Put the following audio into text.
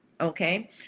okay